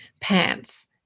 pants